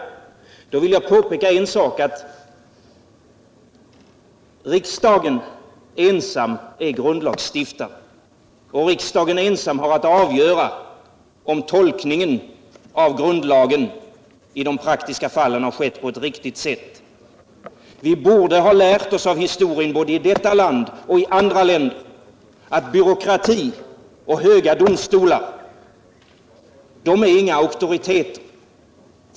Jag vill påpeka att riksdagen ensam är grundlagsstiftare och att den ensam har att avgöra, om grundlagen i de praktiska fallen har tolkats på ett riktigt sätt. Vi borde ha lärt oss av historien både i detta land och i andra länder att byråkrati och höga domstolar inte är några auktoriteter.